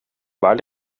waar